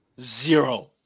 Zero